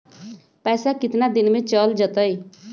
पैसा कितना दिन में चल जतई?